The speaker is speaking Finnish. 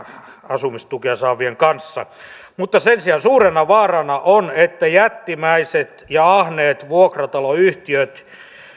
asumistukea saavien kanssa mutta sen sijaan suurena vaarana on että jättimäiset ja ahneet vuokrataloyhtiöt